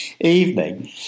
evening